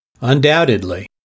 Undoubtedly